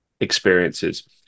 experiences